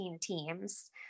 teams